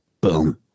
Boom